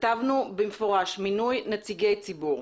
כתבנו במפורש: מינוי נציגי ציבור,